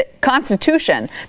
Constitution